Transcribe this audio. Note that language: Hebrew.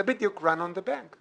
זה בדיוק run on the bank.